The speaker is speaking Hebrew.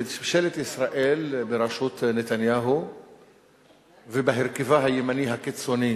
שממשלת ישראל בראשות נתניהו ובהרכבה הימני הקיצוני